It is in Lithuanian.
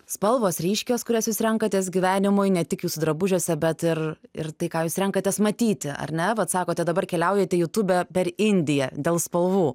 spalvos ryškios kurias jūs renkatės gyvenimui ne tik jūsų drabužiuose bet ir ir tai ką jūs renkatės matyti ar ne vat sakote dabar keliaujate jutube per indiją dėl spalvų